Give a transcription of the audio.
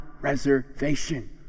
reservation